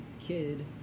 kid